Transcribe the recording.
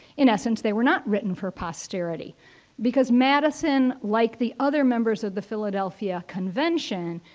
in essence, they were not written for posterity because madison, like the other members of the philadelphia convention,